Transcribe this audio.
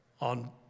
on